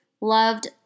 loved